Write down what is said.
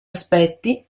aspetti